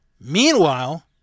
Meanwhile